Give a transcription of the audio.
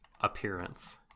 appearance